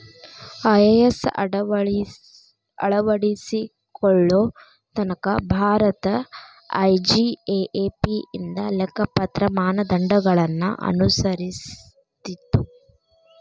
IAS ಅಳವಡಿಸಿಕೊಳ್ಳೊ ತನಕಾ Bharat IGAAP ಇಂದ ಲೆಕ್ಕಪತ್ರ ಮಾನದಂಡಗಳನ್ನ ಅನುಸರಿಸ್ತಿತ್ತು